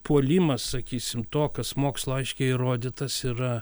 puolimas sakysim tokios mokslo aiškiai įrodytas yra